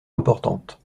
importante